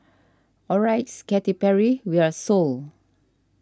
alright Katy Perry we're sold